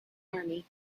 army